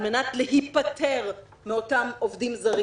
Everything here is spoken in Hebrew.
על מנת להיפטר מאותם עובדים זרים.